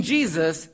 Jesus